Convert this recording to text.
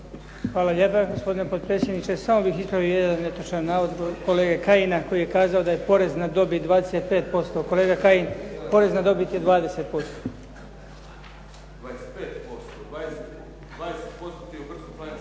Hvala lijepa. Gospodine potpredsjedniče. Samo bih ispravio jedan netočan navod kolege Kajina koji je kazao da je porez na dobit 25%. Kolega Kajin, porez na dobit je 20%.